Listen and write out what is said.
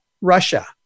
Russia